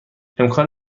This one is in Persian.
امکان